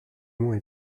moins